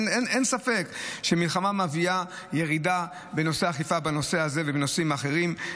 אין ספק שמלחמה מביאה ירידה באכיפה בנושא הזה ובנושאים אחרים.